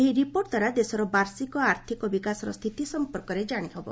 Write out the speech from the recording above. ଏହି ରିପୋର୍ଟ ଦ୍ୱାରା ଦେଶର ବାର୍ଷିକ ଆର୍ଥକ ବିକାଶର ସ୍ଥିତି ସମ୍ପର୍କରେ ଜାଣିହେବ